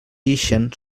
ixen